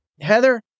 Heather